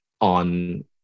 on